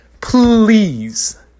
please